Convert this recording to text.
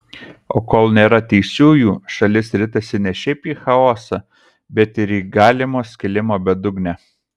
o kol nėra teisiųjų šalis ritasi ne šiaip į chaosą bet ir į galimo skilimo bedugnę